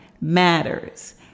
matters